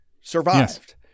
survived